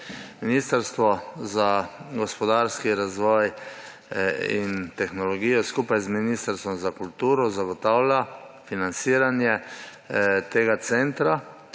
Ministrstvo za gospodarski razvoj in tehnologijo skupaj z Ministrstvom za kulturo zagotavlja financiranje tega centra,